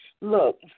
look